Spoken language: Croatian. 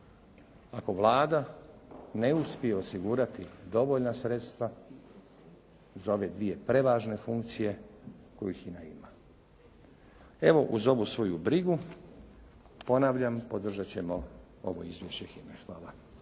ako Vlada ne uspije osigurati dovoljna sredstva za ove dvije prevažne funkcije koje HINA ima. Evo uz ovu svoju brigu ponavljam, podržati ćemo ovo izvješće HINA-e. Hvala.